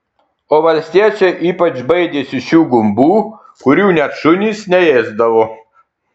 o valstiečiai ypač baidėsi šių gumbų kurių net šunys neėsdavo